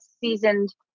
seasoned